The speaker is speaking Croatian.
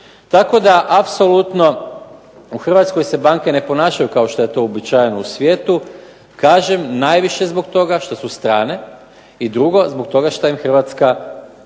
Tako da apsolutno u Hrvatskoj se banke ne ponašaju kao što je to uobičajeno u svijetu, kažem najviše zbog toga što su strane i drugo zbog toga šta im Hrvatska to